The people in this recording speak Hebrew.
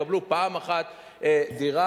שיקבלו פעם אחת דירה,